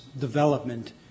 development